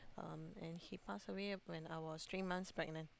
um and he passed away when I was three months pregnant